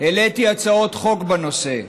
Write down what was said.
העליתי הצעות חוק בנושא,